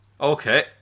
Okay